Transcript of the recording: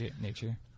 nature